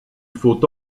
faut